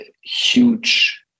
huge